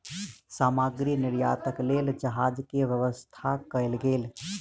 सामग्री निर्यातक लेल जहाज के व्यवस्था कयल गेल